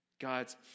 God's